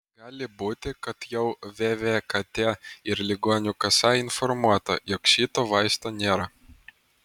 gali būti kad jau vvkt ir ligonių kasa informuota jog šito vaisto nėra